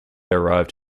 arrived